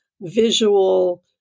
visual